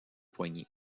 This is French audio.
poignée